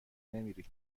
نمیری